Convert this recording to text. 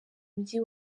mujyi